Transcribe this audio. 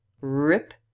RIP